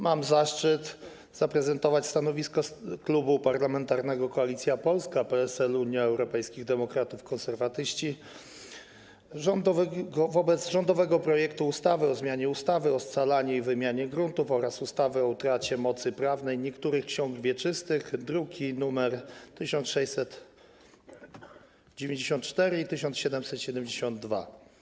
Mam zaszczyt zaprezentować stanowisko Klubu Parlamentarnego Koalicja Polska - PSL, Unia Europejskich Demokratów, Konserwatyści wobec rządowego projektu ustawy o zmianie ustawy o scalaniu i wymianie gruntów oraz ustawy o utracie mocy prawnej niektórych ksiąg wieczystych, druki nr 1694 i 1772.